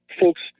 folks